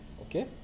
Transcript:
Okay